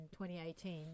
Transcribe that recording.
2018